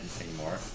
anymore